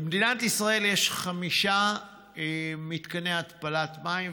במדינת ישראל יש חמישה מתקני התפלת מים,